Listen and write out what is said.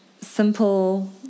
simple